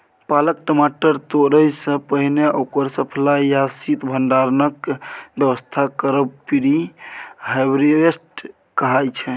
पाकल टमाटर तोरयसँ पहिने ओकर सप्लाई या शीत भंडारणक बेबस्था करब प्री हारवेस्ट कहाइ छै